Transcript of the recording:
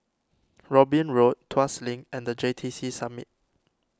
Robin Road Tuas Link and the J T C Summit